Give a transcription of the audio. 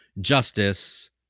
justice